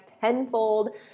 tenfold